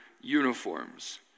uniforms